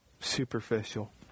superficial